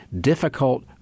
difficult